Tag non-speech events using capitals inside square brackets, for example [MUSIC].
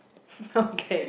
[NOISE] okay